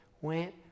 went